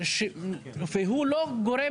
והוא לא גורם